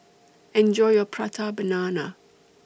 Enjoy your Prata Banana